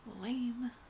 Lame